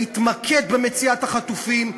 להתמקד במציאת החטופים,